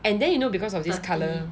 and then you know because of this colour